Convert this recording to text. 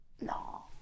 No